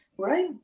Right